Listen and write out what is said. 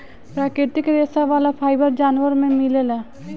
प्राकृतिक रेशा वाला फाइबर जानवर में मिलेला